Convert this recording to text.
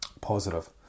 Positive